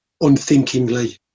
unthinkingly